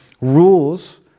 rules